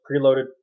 preloaded